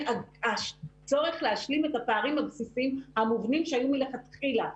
הצורך להשלים את הפערים הבסיסיים המובנים שהיו מלכתחילה.